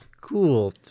cool